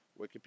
Wikipedia